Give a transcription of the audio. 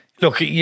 look